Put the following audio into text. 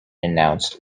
announced